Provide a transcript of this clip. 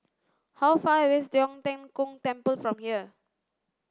how far away is Tong Tien Kung Temple from here